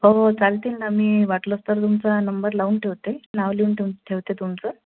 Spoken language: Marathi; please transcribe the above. हो चालतील न मी वाटलंच तर तुमचा नंबर लावून ठेवते नाव लिहून ठेवून ठेवते तुमचं